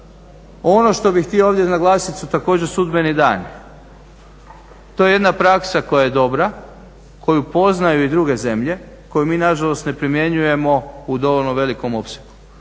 Ono što bih htio ovdje naglasiti su također sudbeni dani. To je jedan praksa koja je dobra, koju poznaju i druge zemlje, koju mi nažalost ne primjenjujemo u dovoljno velikom opsegu.